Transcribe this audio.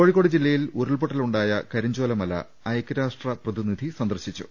കോഴിക്കോട് ജില്ലയിൽ ഉരുൾപ്പൊട്ടലുണ്ടായ കരിഞ്ചോലമല ഐക്യരാഷ്ട്ര പ്രതിനിധി സന്ദർശിച്ചു